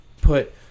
put